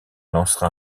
lancera